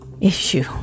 issue